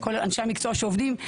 אנשי המקצוע שעובדים,